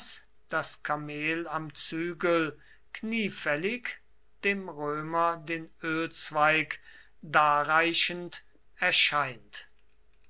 das kamel am zügel kniefällig dem römer den ölzweig darreichend erscheint